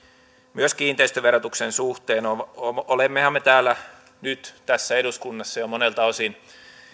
myös kiinteistöverotuksen suhteen olemmehan me täällä nyt tässä eduskunnassa jo monelta osin